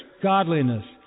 godliness